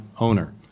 owner